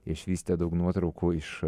išvysite daug nuotraukų iš